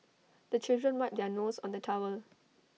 the children wipe their nose on the towel